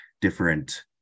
different